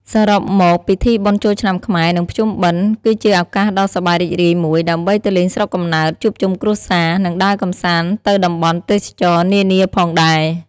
សរុបមកពិធីបុណ្យចូលឆ្នាំខ្មែរ និងភ្ជុំបិណ្ឌគឺជាឱកាសដ៏សប្បាយរីករាយមួយ ដើម្បីទៅលេងស្រុកកំណើត ជួបជុំគ្រួសារ និងដើរកំសាន្តទៅតំបន់ទេសចរណ៍នានាផងដែរ។